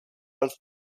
als